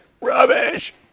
rubbish